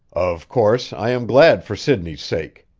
of course, i am glad for sidney's sake,